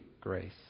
grace